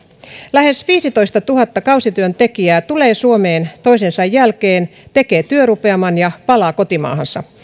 lähes viisitoistatuhatta kausityöntekijää toisensa jälkeen tulee suomeen tekee työrupeaman ja palaa kotimaahansa